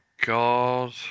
God